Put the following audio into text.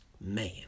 man